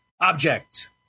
object